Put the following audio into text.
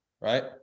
right